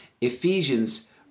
Ephesians